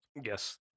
Yes